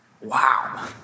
Wow